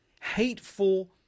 hateful